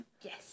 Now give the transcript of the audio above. Yes